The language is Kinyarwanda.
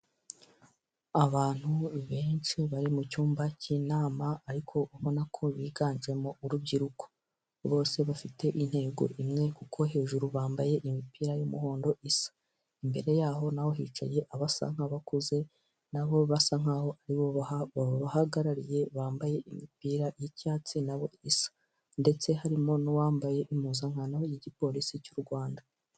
Abantu benshi bari mucyumba cy'inama ariko ubona ko biganjemo urubyiruko, bose bafite intego imwe kuko hejuru bambaye imipira y'umuhondo isa, imbere yabo naho hicaye abasa nk'abakuze nabo basa nkaho aribo babahagarariye, bambaye imipira y'icyatsi nabo isa ndetse harimo n'uwambaye impuzankano y'igipolisi cy'u Rwanda.